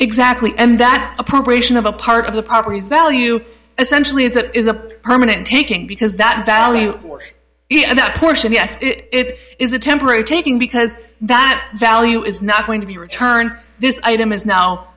exactly and that appropriation of a part of the property's value essentially as it is a permanent taking because that value for it and that portion yes it is a temporary taking because that value is not going to be returned this item is now